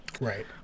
Right